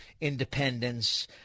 independence